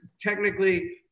technically